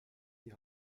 die